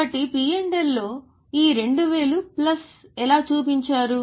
కాబట్టి P Lలో ఈ 2000 ప్లస్ ఎలా చూపించారు